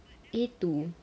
A two